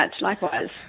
Likewise